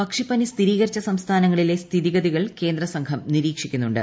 പക്ഷിപ്പനി സ്ഥിരീകരിച്ച സംസ്ഥാനങ്ങളിലെ സ്ഥിതിഗതികൾ കേന്ദ്രസംഘം നിരീക്ഷിക്കുന്നുണ്ട്